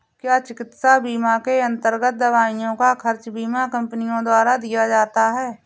क्या चिकित्सा बीमा के अन्तर्गत दवाइयों का खर्च बीमा कंपनियों द्वारा दिया जाता है?